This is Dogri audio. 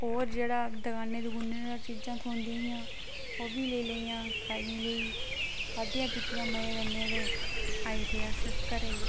और जेहड़ा दकानें दकाने पर चीजां थ्होंदियां हियां ओह् बी लेई लेइयां खाने लेई खाद्धियां पीतियां मजे कन्नै ते आई उठी अस घरै गी